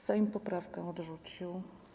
Sejm poprawkę odrzucił.